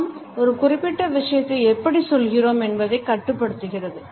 நாம் ஒரு குறிப்பிட்ட விஷயத்தை எப்படி சொல்கிறோம் என்பதைக் கட்டுப்படுத்துகிறது